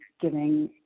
giving